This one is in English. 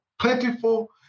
plentiful